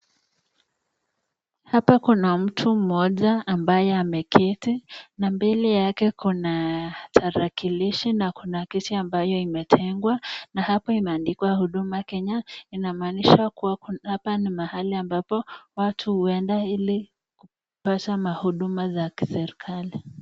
Hapa kuna mtu mmoja ambaye ameketi na mbele yake kuna tarakilishi na kuna picha ambayo imetengwa na hapa imeandikwa huduma Kenya inamaanisha kuwa hapa ni mahali ambapo watu huenda ili kupata mahuduma za kiserikali.